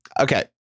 okay